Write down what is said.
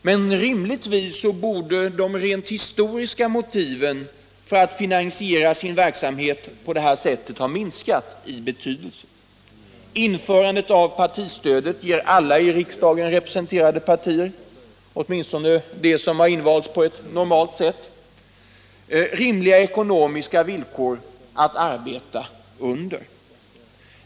Men rimligtvis borde de rent historiska motiven för att finansiera sin verksamhet på detta sätt ha minskat i betydelse. Införandet av partistödet ger alla i riksdagen representerade partier — åtminstone de som har invalts på ett normalt sätt — rimliga ekonomiska villkor att arbeta under.